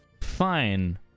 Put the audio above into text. fine